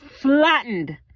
flattened